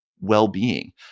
well-being